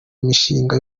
mishinga